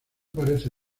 parece